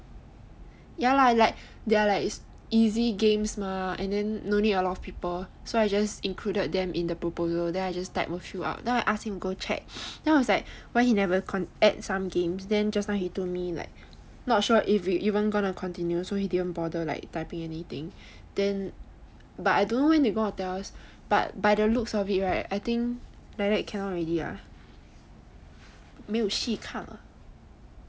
ya lah they are like easy games mah and then make a lot of people then I just included them in the proposal then I just type throughout then I ask him go check then I was like eh why he never add some games then just now he do already like not sure if we even going to continue so he didn't bother typing anything then but I don't know when they going to tell us but by the looks of it right I think like that cannot already ah 没有戏看了